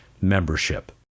membership